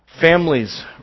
Families